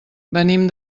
venim